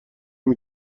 این